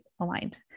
aligned